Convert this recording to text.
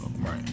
Right